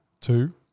two